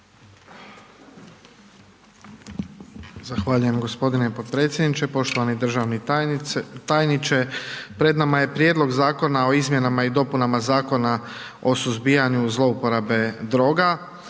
Zahvaljujem gospodine podpredsjedniče, poštovani državni tajniče pred nama je Prijedlog Zakona o izmjenama i dopunama Zakona o suzbijanju zlouporabe droga,